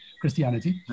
Christianity